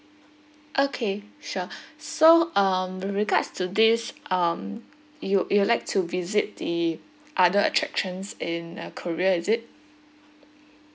okay sure so um regards to this um you you like to visit the other attractions in uh korea is it